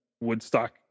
Woodstock